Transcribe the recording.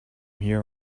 here